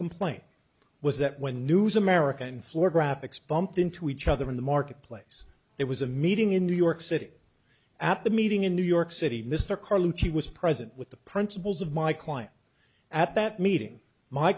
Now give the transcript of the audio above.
complaint was that when news american floor graphics bumped into each other in the marketplace it was a meeting in new york city at the meeting in new york city mr carlucci was present with the principles of my client at that meeting my